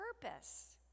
purpose